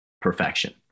perfection